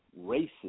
racist